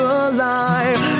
alive